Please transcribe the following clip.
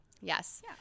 Yes